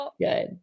good